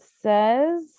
says